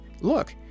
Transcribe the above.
look